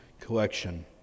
collection